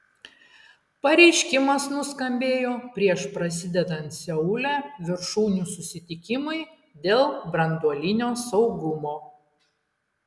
pareiškimas nuskambėjo prieš prasidedant seule viršūnių susitikimui dėl branduolinio saugumo